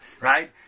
right